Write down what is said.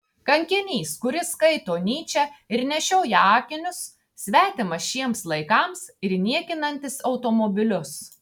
kankinys kuris skaito nyčę ir nešioja akinius svetimas šiems laikams ir niekinantis automobilius